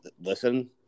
listen